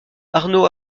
arnaud